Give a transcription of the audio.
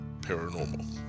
paranormal